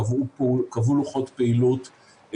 קבעו לוחות פעילות,